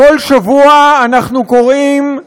בכל שבוע אנחנו קוראים,